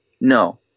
No